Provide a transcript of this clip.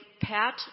Pat